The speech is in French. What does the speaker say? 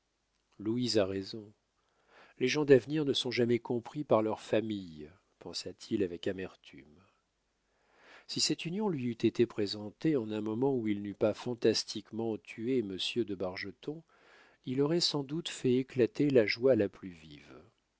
louise a raison les gens d'avenir ne sont jamais compris par leurs familles pensa-t-il avec amertume si cette union lui eût été présentée en un moment où il n'eût pas fantastiquement tué monsieur de bargeton il aurait sans doute fait éclater la joie la plus vive